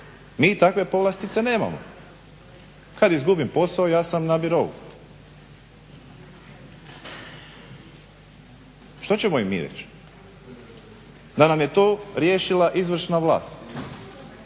Mi takve povlastice nemamo. Kad izgubim posao ja sam na birou. Što ćemo im mi reći? Da nam je to riješila izvršna vlast.